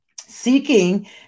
Seeking